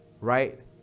right